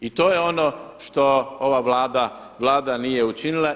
I to je ono što ova Vlada nije učinila.